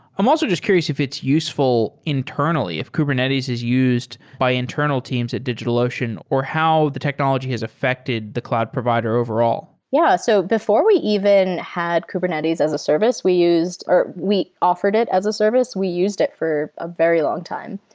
i'm also just curious if it's useful internally, if kubernetes is used by internal teams at digitalocean or how the technology has affected the cloud provider overall. yeah. so before we even had kubernetes as a service, we used or we offered it as a service. we used it for a very long time.